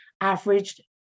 averaged